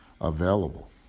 available